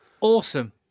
Awesome